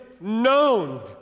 known